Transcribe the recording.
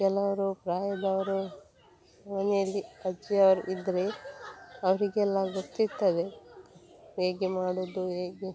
ಕೆಲವರು ಪ್ರಾಯದವರು ಮನೆಯಲ್ಲಿ ಅಜ್ಜಿಯವ್ರು ಇದ್ದರೆ ಅವರಿಗೆಲ್ಲ ಗೊತ್ತಿರ್ತದೆ ಹೇಗೆ ಮಾಡುವುದು ಹೇಗೆ